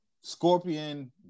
Scorpion